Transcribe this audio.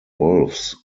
wolffs